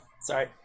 Sorry